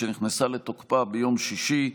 שנכנסה לתוקפה ביום שישי,